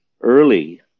early